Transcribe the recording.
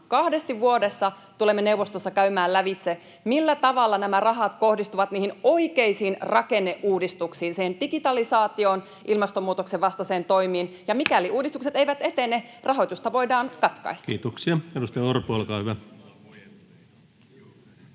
kahdesti vuodessa tulemme neuvostossa käymään lävitse, millä tavalla nämä rahat kohdistuvat niihin oikeisiin rakenneuudistuksiin, digitalisaatioon ja ilmastonmuutoksen vastaisiin toimiin, ja mikäli uudistukset eivät etene, rahoitus voidaan katkaista. [Speech 41] Speaker: